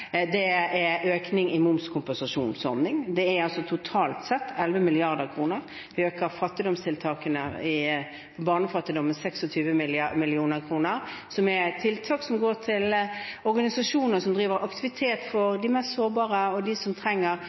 det er økning i momskompensasjonsordningen, totalt sett 11 mrd. kr. Vi øker tiltakene mot barnefattigdom med 26 mill. kr, som er tiltak som går til organisasjoner som driver aktivitet for de mest sårbare og dem som trenger